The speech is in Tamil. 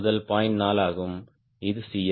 4 ஆகும் இதுCL